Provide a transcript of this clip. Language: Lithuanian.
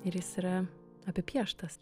ir jis yra apipieštas